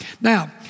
Now